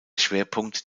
schwerpunkt